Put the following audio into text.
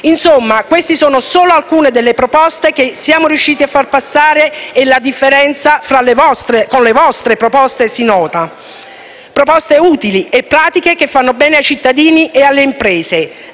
Insomma, queste sono solo alcune delle proposte che siamo riusciti a far passare - e la differenza, rispetto alle vostre proposte, si vede e si nota - proposte utili e pratiche, che fanno bene ai cittadini e alle imprese,